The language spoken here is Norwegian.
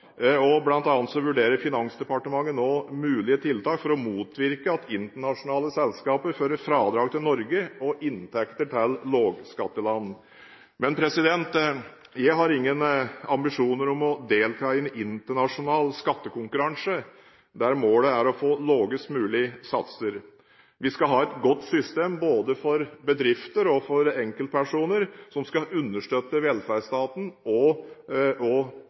vurderer Finansdepartementet nå mulige tiltak for å motvirke at internasjonale selskaper fører fradrag til Norge og inntekter til lavskatteland. Jeg har ingen ambisjoner om å delta i en internasjonal skattekonkurranse der målet er å få lavest mulige satser. Vi skal ha et godt system både for bedrifter og for enkeltpersoner, som skal understøtte velferdsstaten og verdiskaping og